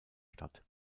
statt